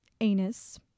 anus